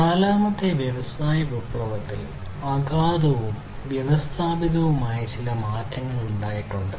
നാലാമത്തെ വ്യാവസായിക വിപ്ലവത്തിൽ അഗാധവും വ്യവസ്ഥാപിതവുമായ ചില മാറ്റങ്ങൾ ഉണ്ടായിട്ടുണ്ട്